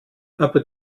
aber